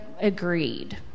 agreed